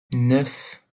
neuf